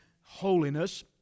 holiness